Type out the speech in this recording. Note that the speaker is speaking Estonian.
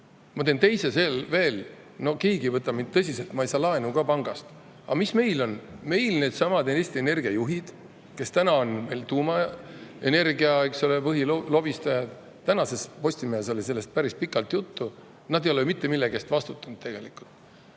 Ma teen teise veel, ja no keegi ei võta mind tõsiselt, ma ei saa laenu ka pangast. Aga kuidas meil on? Meil needsamad Eesti Energia juhid, kes on nüüd tuumaenergia põhilobistajad – tänases Postimehes oli sellest päris pikalt juttu –, ei ole mitte millegi eest vastutanud. Meil